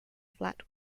flat